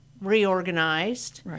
reorganized